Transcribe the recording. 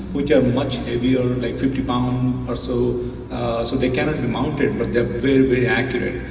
which are much heavier, like fifty pounds or so, so they cannot mount it, but they are very accurate,